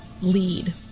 lead